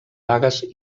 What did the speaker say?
vagues